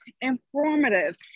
informative